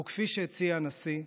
וכפי שהציע הנשיא,